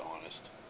honest